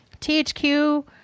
THQ